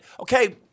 okay